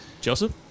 Joseph